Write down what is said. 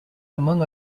among